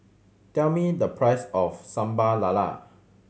tell me the price of Sambal Lala